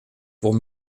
pour